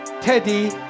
Teddy